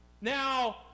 Now